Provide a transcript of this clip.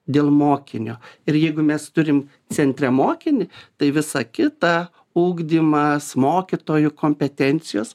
dėl mokinio ir jeigu mes turim centre mokinį tai visa kita ugdymas mokytojų kompetencijos